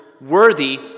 worthy